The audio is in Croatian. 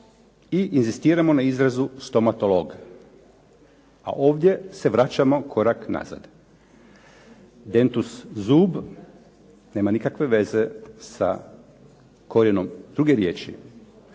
i inzistiramo na izrazu stomatolog? A ovdje se vraćamo korak nazad. Dentus zub, nema nikakve veze sa korijenom druge riječi.